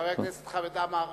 חבר הכנסת חמד עמאר,